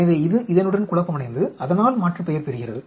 எனவே இது இதனுடன் குழப்பமடைந்து அதனால் மாற்றுப்பெயர் பெறுகிறது